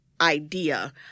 idea